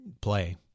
play